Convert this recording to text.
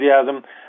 enthusiasm